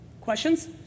Questions